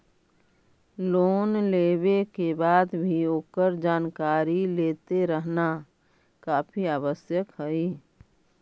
loan लेवे के बाद भी ओकर जानकारी लेते रहना काफी आवश्यक हइ